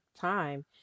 time